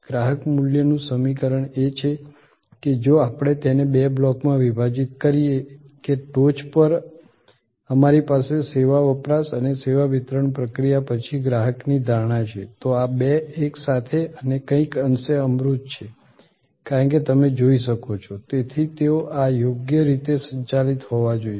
ગ્રાહક મૂલ્યનું સમીકરણ એ છે કે જો આપણે તેને બે બ્લોકમાં વિભાજિત કરીએ કે ટોચ પર અમારી પાસે સેવા વપરાશ અને સેવા વિતરણ પ્રક્રિયા પછી ગ્રાહકની ધારણા છે તો આ બે એકસાથે અને કંઈક અંશે અમૂર્ત છે કારણ કે તમે જોઈ શકો છો તેથી તેઓ આ યોગ્ય રીતે સંચાલિત હોવા જોઈએ